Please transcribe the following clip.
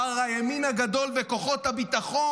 מר ימין הגדול וכוחות הביטחון.